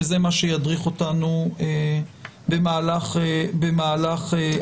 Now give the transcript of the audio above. וזה מה שידריך אותנו במהלך הדיונים.